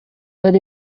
but